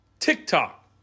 TikTok